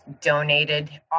donated